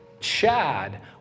Chad